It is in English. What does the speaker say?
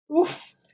Oof